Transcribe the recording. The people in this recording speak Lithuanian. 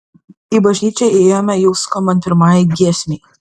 į bažnyčią įėjome jau skambant pirmajai giesmei